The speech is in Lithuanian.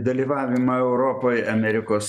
dalyvavimą europoj amerikos